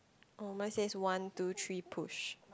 oh mine says one two three push